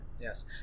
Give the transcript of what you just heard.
yes